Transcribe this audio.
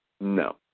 No